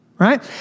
right